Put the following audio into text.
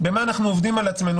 אנחנו עובדים על עצמנו,